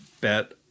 bet